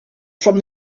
from